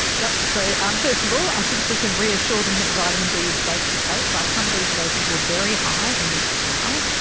yes, so um first of all i think we can reassure them that the vitamin d is safe to take. like some of these doses were very high in this trial,